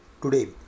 Today